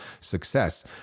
success